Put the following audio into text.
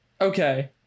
okay